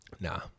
nah